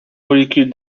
molécules